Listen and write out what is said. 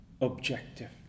objective